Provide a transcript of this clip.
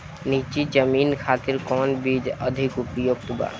नीची जमीन खातिर कौन बीज अधिक उपयुक्त बा?